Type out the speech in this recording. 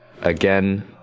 again